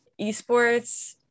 Esports